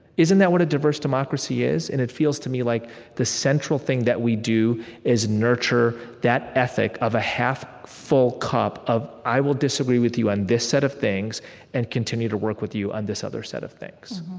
isn't that what a diverse democracy is? and it feels to me like the central thing that we do is nurture that ethic of a half-full cup of, i will disagree with you on this set of things and continue to work with you on this other set of things.